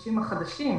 הקשים החדשים,